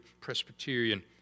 Presbyterian